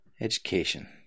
Education